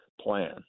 plan